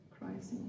crisis